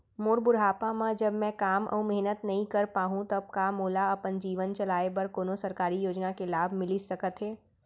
मोर बुढ़ापा मा जब मैं काम अऊ मेहनत नई कर पाहू तब का मोला अपन जीवन चलाए बर कोनो सरकारी योजना के लाभ मिलिस सकत हे?